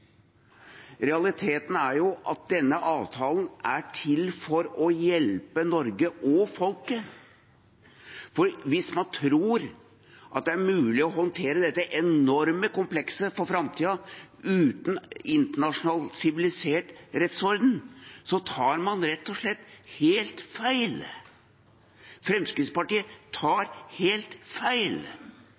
Realiteten er at denne avtalen er til for å hjelpe Norge og folket. Hvis man tror at det er mulig å håndtere dette enorme komplekset for framtiden uten en internasjonal, sivilisert rettsorden, tar man rett og slett helt feil, Fremskrittspartiet tar helt feil.